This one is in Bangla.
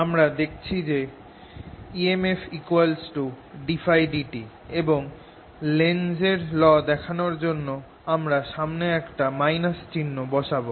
আমরা দেখেছি যে emfddtՓ এবং লেন্জস ল দেখানর জন্য আমরা সামনে একটা - চিহ্ন বসাব